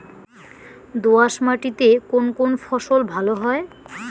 দোঁয়াশ মাটিতে কোন কোন ফসল ভালো হয়?